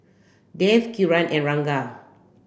Dev Kiran and Ranga